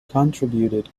contributed